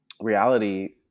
reality